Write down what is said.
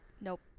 Nope